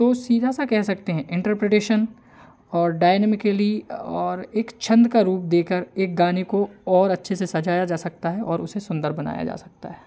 तो सीधा सा कह सकते हैं इंटरप्रिटेशन और डायनामिकली अ और एक छंद का रूप देकर एक गाने को और अच्छे से सजाया जा सकता है और उसे सुंदर बनाया जा सकता है